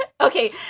Okay